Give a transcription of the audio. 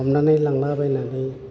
हमनानै लांलाबायनानै